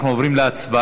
אנחנו עוברים להצבעה.